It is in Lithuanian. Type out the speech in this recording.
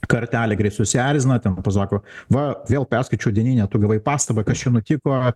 kartelė greit susierzina ten pasako va vėl perskaičiau dieninę tu gavai pastabą kas čia nutiko